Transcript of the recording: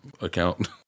account